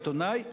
עיתונאי,